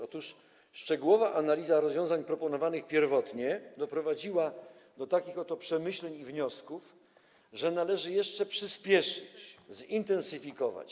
Otóż szczegółowa analiza rozwiązań proponowanych pierwotnie doprowadziła do takich oto przemyśleń i wniosków, że należy jeszcze przyspieszyć prace, zintensyfikować.